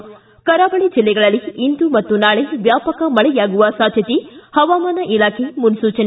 ಿ ಕರಾವಳಿ ಜಿಲ್ಲೆಗಳಲ್ಲಿ ಇಂದು ಮತ್ತು ನಾಳೆ ವ್ಯಾಪಕ ಮಳೆಯಾಗುವ ಸಾಧ್ಯತೆ ಹವಾಮಾನ ಇಲಾಖೆ ಮುನ್ನುಚನೆ